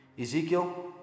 Ezekiel